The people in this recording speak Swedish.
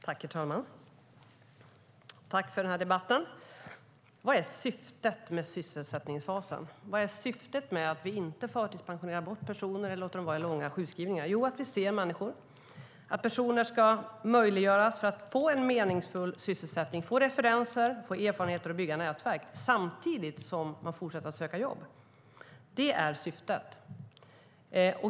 Herr talman! Jag tackar för den här debatten. Vad är syftet med sysselsättningsfasen? Vad är syftet med att vi inte förtidspensionerar bort personer eller låter dem vara i långa sjukskrivningar? Det är att vi ser människor. Personer ska möjliggöras att få en meningsfull sysselsättning, få referenser, få erfarenheter och bygga nätverk samtidigt som de fortsätter att söka jobb. Det är syftet.